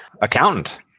Accountant